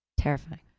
terrifying